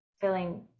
feeling